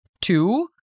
two